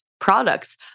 products